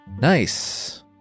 Nice